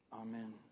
Amen